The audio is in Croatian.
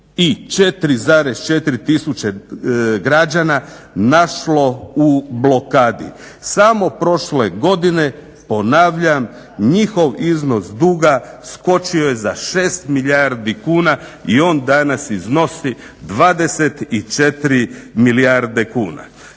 54,4 tisuće građana našlo u blokadi. Samo prošle godine ponavljam njihov iznos duga skočio je za 6 milijardi kuna i on danas iznosi 24 milijarde kuna.